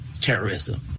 terrorism